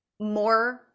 more